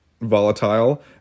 volatile